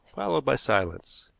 followed by silence.